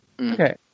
Okay